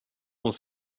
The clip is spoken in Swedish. och